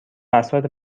بساط